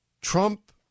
Trump